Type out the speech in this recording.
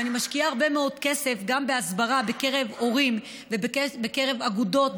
ואני משקיעה הרבה מאוד כסף גם בהסברה בקרב הורים ובקרב אגודות,